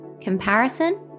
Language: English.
comparison